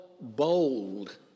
bold